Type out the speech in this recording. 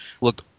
Look